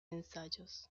ensayos